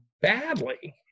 badly